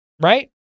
right